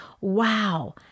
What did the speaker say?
Wow